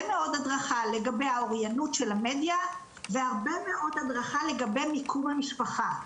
מאוד הדרכה לגבי האוריינות של המדיה והרבה מאוד הדרכה לגבי מיקום המשפחה.